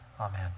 Amen